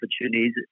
opportunities